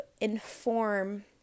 inform